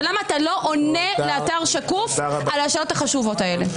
ולמה אתה לא עונה לאתר "שקוף" על השאלות החשובות האלה?